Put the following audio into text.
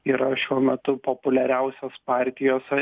yra šiuo metu populiariausios partijos